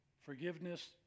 forgiveness